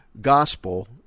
gospel